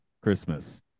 christmas